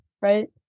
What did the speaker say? right